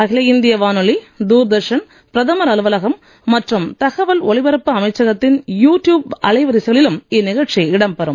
அகில இந்திய வானொலி தூர்தர்ஷன் பிரதமர் அலுவலகம் மற்றும் தகவல் ஒலிபரப்பு அமைச்சகத்தின் யு ட்யூப் அலைவரிசைகளிலும் இந்நிகழ்ச்சி இடம்பெறும்